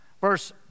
verse